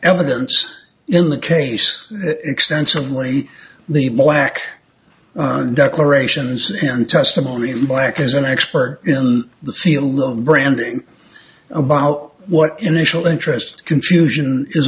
evidence in the case extensively the black declarations in testimony in black is an expert in the field on branding about what initial interest confusion is